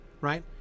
right